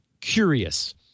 curious